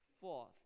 Fourth